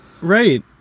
Right